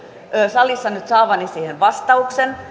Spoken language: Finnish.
salissa nyt saavani siihen vastauksen